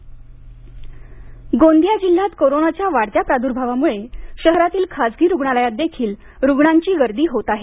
गोंदिया गोंदिया जिल्ह्यात कोरोनाच्या वाढत्या प्राद्भावामुळे शहरातील खाजगी रुग्णालयात देखील रुग्णांची गर्दी होत आहे